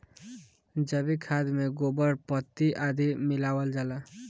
जैविक खाद में गोबर, पत्ती आदि मिलावल जाला